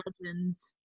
legends